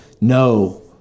no